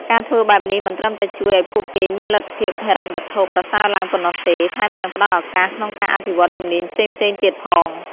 ការធ្វើបែបនេះមិនត្រឹមតែជួយឱ្យពួកគេមានលទ្ធភាពហិរញ្ញវត្ថុប្រសើរឡើងប៉ុណ្ណោះទេ ថែមទាំងផ្តល់ឱកាសក្នុងការអភិវឌ្ឍជំនាញផ្សេងៗទៀតផង។